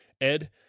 Ed